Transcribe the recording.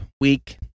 week